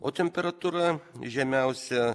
o temperatūra žemiausia